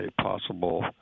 possible